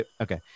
Okay